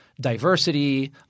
diversity